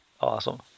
awesome